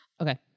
Okay